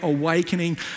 Awakening